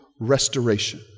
restoration